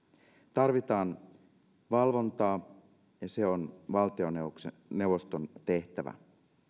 tarvitaan valvontaa ja se on valtioneuvoston tehtävä